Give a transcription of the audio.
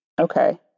Okay